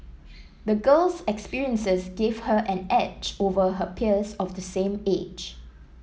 the girl's experiences gave her an edge over her peers of the same age